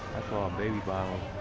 baby bottles